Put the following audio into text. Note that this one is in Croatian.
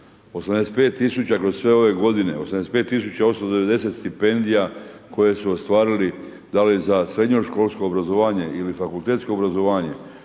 tisuća kroz sve ove godine, 85 tisuća 890 stipendija koje su ostvarili da li za srednjoškolsko obrazovanje ili fakultetsko obrazovanje